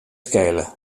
skele